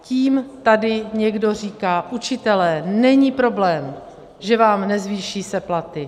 Tím tady někdo říká: Učitelé, není problém, že se vám nezvýší platy.